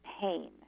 pain